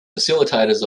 facilitators